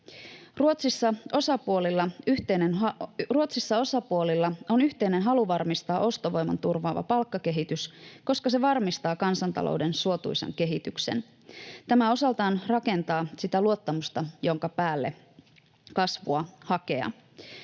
Ruotsissa osapuolilla on yhteinen halu varmistaa ostovoiman turvaava palkkakehitys, koska se varmistaa kansantalouden suotuisan kehityksen. Tämä osaltaan rakentaa sitä luottamusta, jonka päälle kasvua hakea.